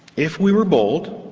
if we were bold,